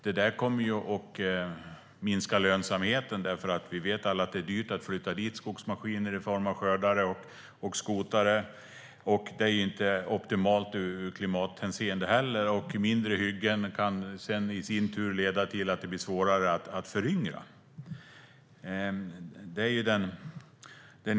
Det kommer att minska lönsamheten; vi vet alla att det är dyrt att flytta skogsmaskiner i form av skördare och skotare. Detta är inte optimalt ur klimathänseende heller. Mindre hyggen kan i sin tur leda till att det blir svårare att föryngra. Det är den ena delen.